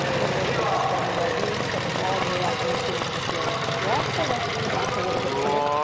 then release. bend the right knee, step it all the way up into a nice low lunge. walk the left knee back a little bit here.